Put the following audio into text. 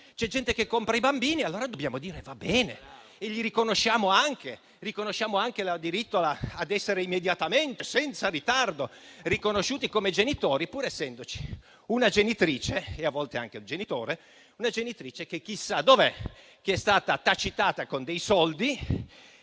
c'è gente che compra i bambini. Allora, dobbiamo dire che va bene e riconoscere il diritto ad essere immediatamente, senza ritardo, riconosciuti come genitori, pur essendoci una genitrice (e a volte anche un genitore) che chissà dov'è, che è stata tacitata con dei soldi.